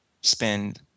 spend